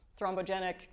thrombogenic